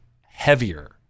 heavier